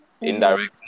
indirectly